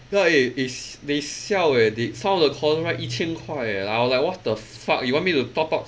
ya eh is they siao eh they some of the course right 一千块 eh I was like what the fuck you want me to top up